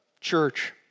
church